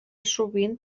sovint